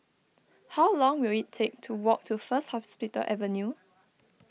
how long will it take to walk to First Hospital Avenue